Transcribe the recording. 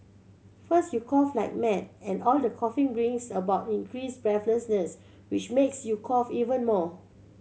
first you cough like mad and all the coughing brings about increased breathlessness which makes you cough even more